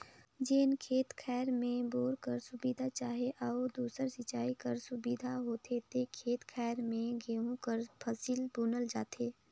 जेन खेत खाएर में बोर कर सुबिधा चहे अउ दूसर सिंचई कर सुबिधा होथे ते खेत खाएर में गहूँ कर फसिल बुनल जाथे